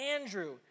Andrew